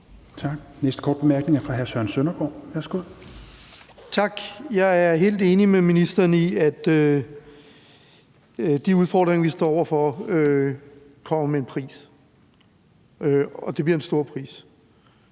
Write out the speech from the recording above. næste korte bemærkning er fra hr. Søren Søndergaard. Værsgo. Kl. 20:41 Søren Søndergaard (EL): Tak. Jeg er helt enig med ministeren i, at de udfordringer, vi står over for, kommer med en pris, og det bliver en stor pris.